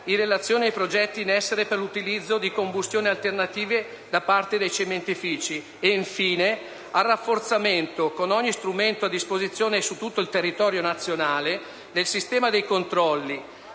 in relazione ai progetti in essere per l'utilizzo di combustibili alternativi da parte dei cementifici; infine, al rafforzamento, con ogni strumento a disposizione e su tutto il territorio nazionale, del sistema dei controlli